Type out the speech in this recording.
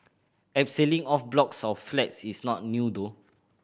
abseiling off blocks of flats is not new though